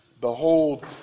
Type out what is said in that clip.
Behold